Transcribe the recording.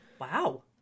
Wow